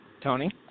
Tony